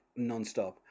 nonstop